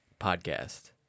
podcast